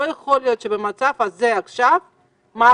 לא יכול שבמצב שאנחנו נמצאים בו עכשיו מעסיקים,